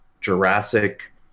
jurassic